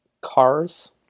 CARS